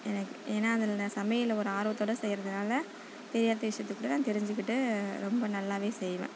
எனக்கு ஏன்னால் அதில் நான் சமையல ஒரு ஆர்வத்தோடு செய்கிறதுனால தெரியாத விஷயத்தை கூட நான் தெரிஞ்சுக்கிட்டு ரொம்ப நல்லாவே செய்வேன்